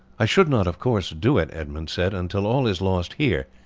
i should not, of course, do it, edmund said, until all is lost here,